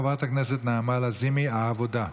חברת הכנסת נעמה לזימי, העבודה.